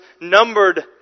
numbered